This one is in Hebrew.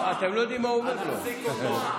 אל תפסיקו אותו.